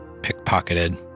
pickpocketed